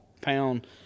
pound